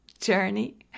journey